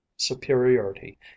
superiority